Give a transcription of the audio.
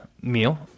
meal